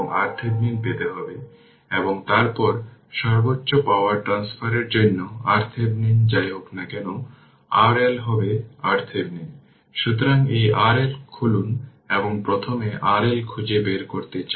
সুইচটি ক্লোজ ছিল এবং দীর্ঘ সময়ের জন্য ক্লোজ ছিল তা খুঁজে বের করতে হবে